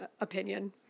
opinion